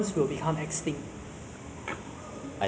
everybody is going to digitalise [what]